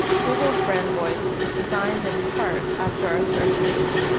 google's brand voice is designed in part after our search page.